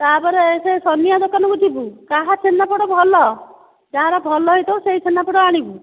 ତା'ପରେ ସେ ସନିଆ ଦୋକାନକୁ ଯିବୁ କାହା ଛେନାପୋଡ଼ ଭଲ ଯାହାର ଭଲ ହୋଇଥିବ ସେହି ଛେନାପୋଡ଼ ଆଣିବୁ